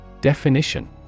Definition